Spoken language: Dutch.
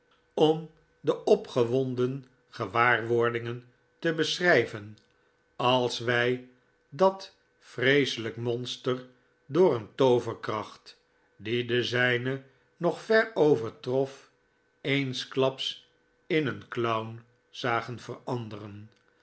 om de opgewonden gewaarwordingen te beschrijven als wij dat vreeselijk monster door een tooverkracht die de zijne nog ver overtrof eensklaps in een clown zagen veranderen